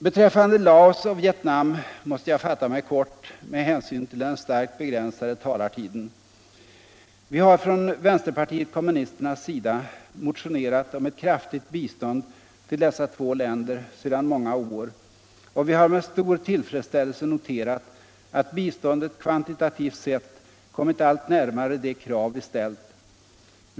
Beträffande Laos och Vietnam måste jag fatta mig kort med hänsyn till den starkt begränsade talartiden. Vi har från vänsterpartiet kommunisternas sida motionerat om ett kraftigt bistånd till dessa två tänder sedan många år. och vi har med stor tillfredsstättelse noterat att biståndet kvantitativt sett kommit allt närmare de krav vi ställt.